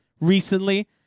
Recently